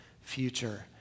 future